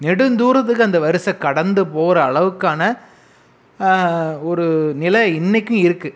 நெடுந்தூரத்துக்கு அந்த வரிச கடந்து போகிற அளவுக்கான ஒரு நிலை இன்றைக்கும் இருக்கு